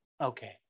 Okay